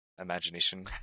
imagination